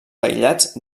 aïllats